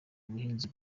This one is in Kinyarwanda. ubuhinzi